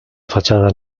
fatxada